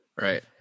Right